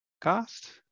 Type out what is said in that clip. cost